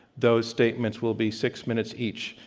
those statements will be six minutes each.